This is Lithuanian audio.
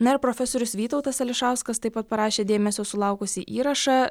na ir profesorius vytautas ališauskas taip pat parašė dėmesio sulaukusį įrašą